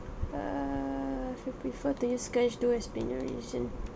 err if you prefer to use cash do explain your reason